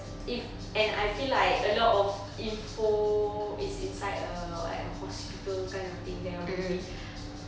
if and I feel like a lot of info is inside err like a hospital kan nothing there already